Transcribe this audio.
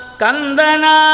kandana